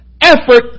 effort